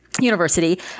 University